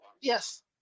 Yes